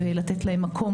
לתת להם מקום,